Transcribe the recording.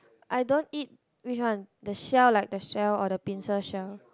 I don't eat which one the shell like the shell or the pincer shell